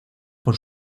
por